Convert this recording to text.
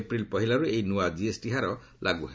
April ପହିଲାରୁ ଏହି ନୂଆ କିଏସ୍ଟି ହାର ଲାଗୁ ହେବ